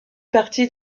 partie